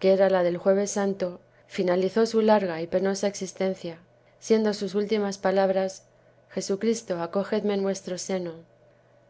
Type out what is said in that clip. que era la del jueves santo finalizó su larga y penosa existencia siendo sus últimas palabras jesucristo acogedme en vuestro seno